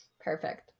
Perfect